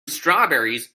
strawberries